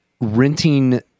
renting